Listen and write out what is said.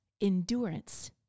endurance